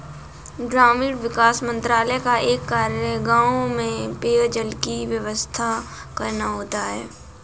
ग्रामीण विकास मंत्रालय का एक कार्य गांव में पेयजल की व्यवस्था करना होता है